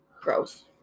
Gross